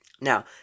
Now